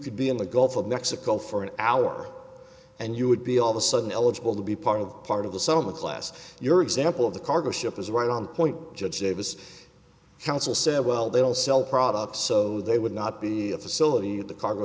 could be in the gulf of mexico for an hour and you would be all the sudden eligible to be part of the part of the summer class your example of the cargo ship is right on point judge davis counsel said well they don't sell products so they would not be a facility that the cargo